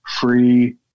free